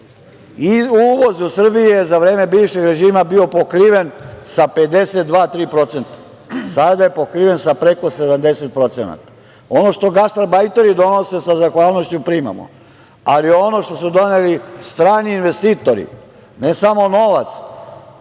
uvoz Srbije za vreme bivšeg režima je bio pokriven sa 52%, a sada je pokriven sa preko 70%. Ono što gastarbajteri donose sa zahvalnošću primamo, ali ono što su doneli strani investitori, ne samo novac,